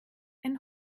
ein